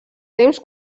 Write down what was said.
temps